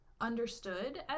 understood